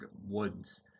Woods